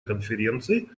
конференции